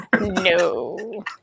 No